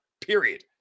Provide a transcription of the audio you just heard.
period